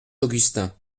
augustin